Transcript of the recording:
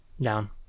Down